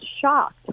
shocked